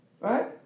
Right